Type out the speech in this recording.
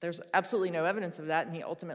there's absolutely no evidence of that the ultimate